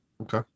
Okay